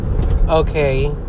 Okay